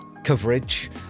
coverage